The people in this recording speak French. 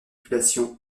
population